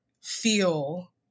feel